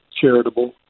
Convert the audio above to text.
Charitable